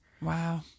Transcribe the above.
Wow